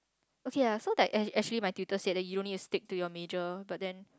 okay lah so like actually my tutor said you don't need to stick to your major but then